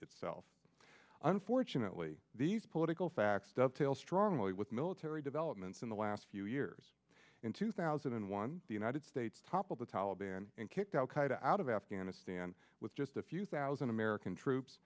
itself unfortunately these political facts ducktail strongly with military developments in the last few years in two thousand and one the united states toppled the taliban and kicked out the out of afghanistan with just a few thousand american troops